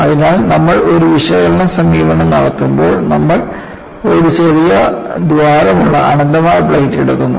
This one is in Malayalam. അതിനാൽ നമ്മൾ ഒരു വിശകലന സമീപനം നടത്തുമ്പോൾ നമ്മൾ ഒരു ചെറിയ ദ്വാരമുള്ള അനന്തമായ പ്ലേറ്റ് എടുക്കുന്നു